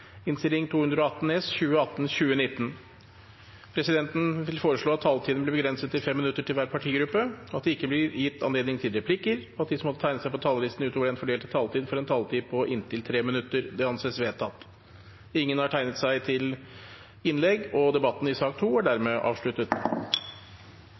Presidenten vil foreslå at taletiden blir begrenset til 5 minutter til hver partigruppe. Videre vil presidenten foreslå at det ikke blir gitt anledning til replikker, og at de som måtte tegne seg på talerlisten utover den fordelte taletid, får en taletid på inntil 3 minutter. – Det anses vedtatt. Ingen har bedt om ordet. Etter ønske fra arbeids- og